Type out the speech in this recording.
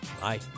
Bye